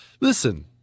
listen